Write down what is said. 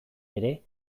ere